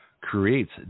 creates